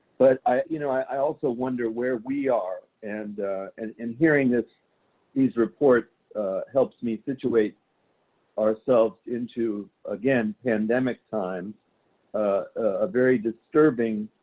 but i you know i also wonder where we are. and and and hearing these reports helps me situate ourselves into, again, pandemic time a very disturbing